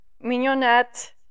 Mignonette